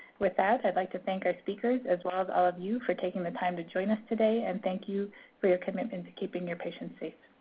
with that, i'd like to thank our speakers, as well as all of you, for taking the time to join us today, and thank you for your commitment to keeping your patients safe.